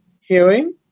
hearing